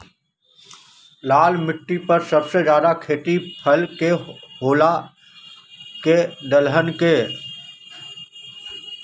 लाल मिट्टी पर सबसे ज्यादा खेती फल के होला की दलहन के?